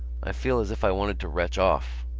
i feel as if i wanted to retch off.